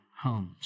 homes